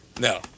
No